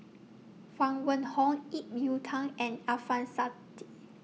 Huang Wenhong Ip Yiu Tung and Alfian Sa'at